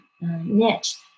niche